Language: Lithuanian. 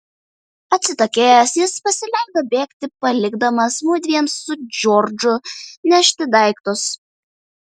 atsitokėjęs jis pasileido bėgti palikdamas mudviem su džordžu nešti daiktus